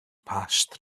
passed